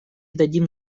дадим